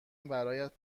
برایت